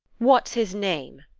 what's his name?